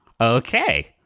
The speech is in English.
Okay